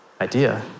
idea